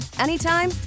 anytime